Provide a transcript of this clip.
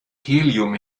helium